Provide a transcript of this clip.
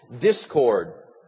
discord